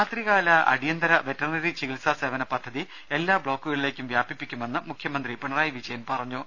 രാത്രികാല അടിയന്തര വെറ്റേർനെറി ചികിത്സാ സേവന പദ്ധതി എല്ലാ ബ്ലോക്കുകളിലേക്കും വ്യാപിപ്പിക്കുമെന്ന് മുഖൃമന്ത്രി പിണറായി വിജ യൻ അറിയിച്ചു